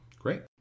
great